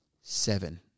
Seven